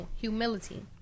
humility